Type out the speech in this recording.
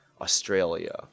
Australia